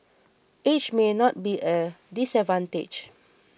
age may not be a disadvantage